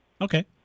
Okay